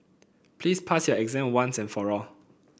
please pass your exam once and for all